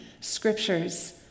scriptures